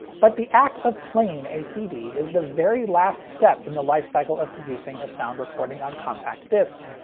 but the act of playing a cd is the very last step in the life cycle of producing a sound recording on compact disc.